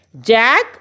Jack